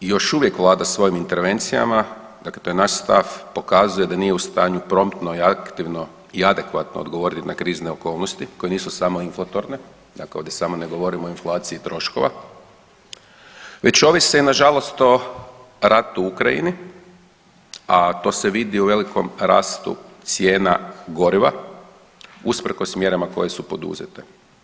Još uvijek vlada svojim intervencijama, dakle to je naš stav, pokazuje da nije u stanju promptno i aktivno i adekvatno odgovoriti na krizne okolnosti koje nisu samo inflatorne, dakle ovdje samo ne govorimo o inflaciji troškova već ovise nažalost i o ratu u Ukrajini, a to se vidi u velikom rastu cijena goriva usprkos mjerama koje su poduzete.